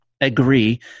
agree